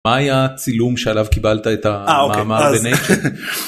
מה היה הצילום שעליו קיבלת את המאמר ב-Nature.